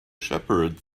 shepherd